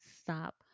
Stop